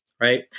right